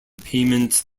payment